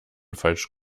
falsch